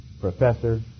professor